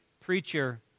preacher